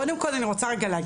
קודם כל אני רוצה להגיד,